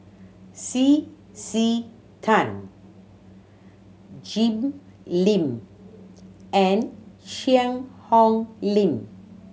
C C Tan Jim Lim and Cheang Hong Lim